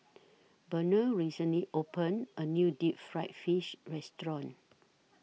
Pernell recently opened A New Deep Fried Fish Restaurant